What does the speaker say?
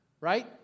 right